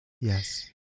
Yes